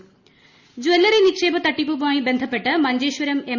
Kamaruddin jewellery നിക്ഷേപ തട്ടിപ്പുമായി ബന്ധപ്പെട്ട് മഞ്ചേശ്വരം എം